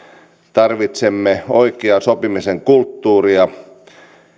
tarvitsemme oikeaa sopimisen kulttuuria